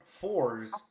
fours